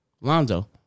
Lonzo